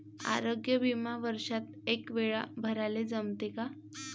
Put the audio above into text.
आरोग्य बिमा वर्षात एकवेळा भराले जमते का?